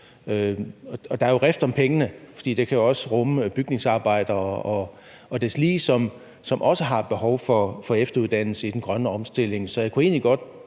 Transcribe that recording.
Der er jo rift om pengene, for det kan også rumme bygningsarbejdere og deslige, som også har behov for efteruddannelse i den grønne omstilling.